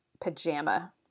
pajama